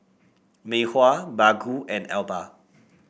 Mei Hua Baggu and Alba